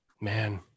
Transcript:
man